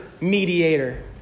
mediator